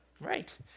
right